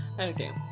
okay